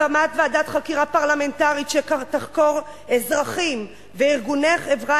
הקמת ועדת חקירה פרלמנטרית שתחקור אזרחים וארגוני חברה